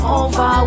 over